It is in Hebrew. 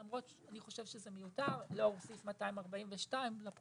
למרות שאני חושב שזה מיותר לאור סעיף 242 לפקודה,